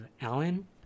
Alan